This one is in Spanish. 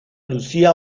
lucía